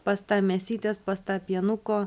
pas tą mėsytės pas tą pienuko